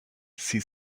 she